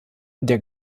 der